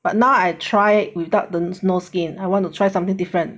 but now I try without the snow skin I want to try something different